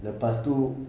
lepas itu